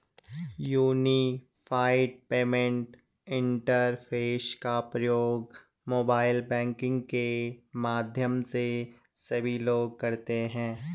unified payment interface का प्रयोग mobile banking के माध्यम से सभी लोग करते हैं